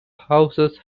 houses